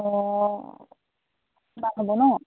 অঁ মান হ'ব ন